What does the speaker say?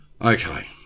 Okay